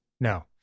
No